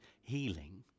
healing